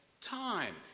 time